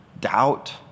doubt